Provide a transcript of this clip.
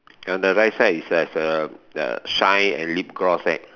on the right side is there's a a shine and lip gloss eh